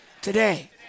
today